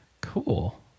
Cool